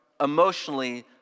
emotionally